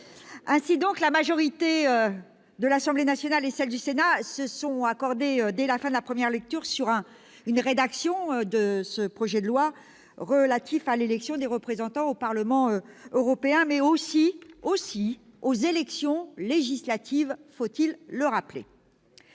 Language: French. résultat ! La majorité de l'Assemblée nationale et celle du Sénat se sont accordées dès la fin de la première lecture sur une rédaction de ce projet de loi relatif à l'élection des représentants au Parlement européen, mais aussi aux élections législatives- il faut le rappeler !